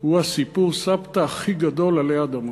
הוא ה"סיפור סבתא" הכי גדול עלי אדמות,